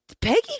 Peggy